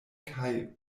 kaj